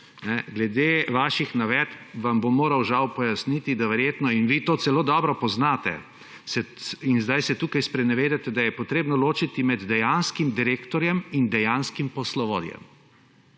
»Glede vaših navedb vam bom moral žal pojasniti, da verjetno in vi to celo dobro poznate in zdaj se tukaj sprenevedate, da je potrebno ločiti med dejanskim direktorjem in dejanskim poslovodjem.«